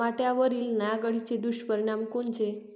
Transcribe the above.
टमाट्यावरील नाग अळीचे दुष्परिणाम कोनचे?